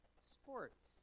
sports